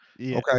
Okay